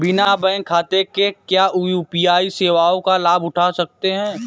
बिना बैंक खाते के क्या यू.पी.आई सेवाओं का लाभ उठा सकते हैं?